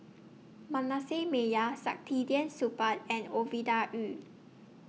Manasseh Meyer Saktiandi Supaat and Ovidia Yu